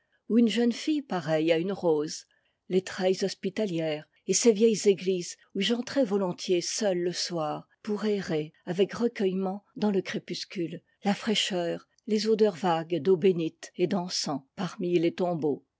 ou une jeune fille pareille à une rose les treilles hospitalières et ces vieilles églises où j'entrais volontiers seul le soir pour errer avec recueillement dans le crépuscule la fraîcheur les odeurs vagues d'eau bénite et d'encens parmi les tombeaux